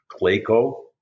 Clayco